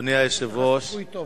אדוני היושב-ראש,